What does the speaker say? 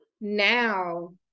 Now